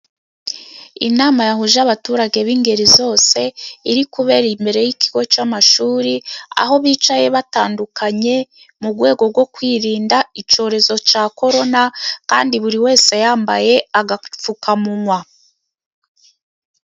Inama yahuje abaturage b'ingeri zose. Iri kubera imbere y'ikigo cy'amashuri. Aho bicaye batandukanye, mu rwego rwo kwirinda icyorezo cya korona, kandi buri wese yambaye agapfukamunwa.